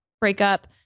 breakup